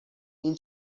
این